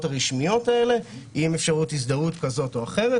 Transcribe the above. הרשמיות האלה עם אפשרות הזדהות כזאת או אחרת,